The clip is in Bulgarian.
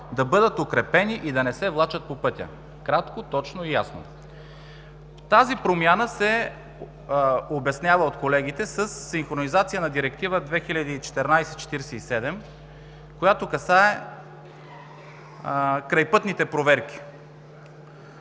Да бъдат укрепени и да не се влачат по пътя.“ Кратко, точно и ясно. Тази промяна се обяснява от колегите със синхронизация на Директива 2014/47/ЕС, която касае крайпътните проверки.